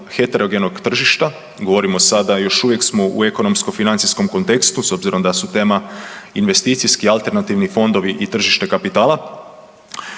heterogenog tržišta, govorimo sada, još uvijek smo u ekonomsko-financijskom kontekstu, s obzirom da su tema investicijski alternativni fondovi i tržište kapitala